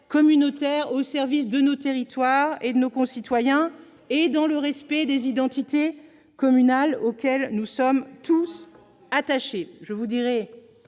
communautaires, au service de nos territoires et de nos concitoyens, dans le respect des identités communales auxquelles nous sommes tous attachés. C'est un mariage